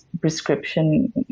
prescription